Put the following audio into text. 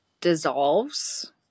dissolves